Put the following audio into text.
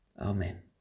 Amen